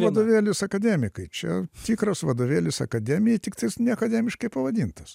vadovėlis akademikai čia tikras vadovėlis akademijai tik tais ne akademiškai pavadintas